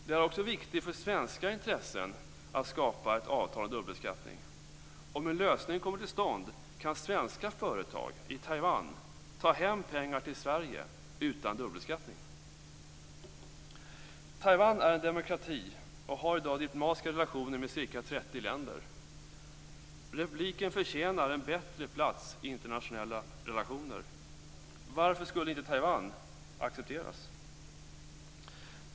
Det är också viktigt för svenska intressen att skapa ett dubbelbeskattningsavtal. Om en lösning kommer till stånd kan svenska företag i Taiwan ta hem pengar till Sverige utan dubbelbeskattning. Taiwan är en demokrati och har i dag diplomatiska relationer med ca 30 länder. Republiken förtjänar en bättre plats när det gäller internationella relationer. Varför skulle inte Taiwan accepteras?